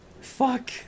fuck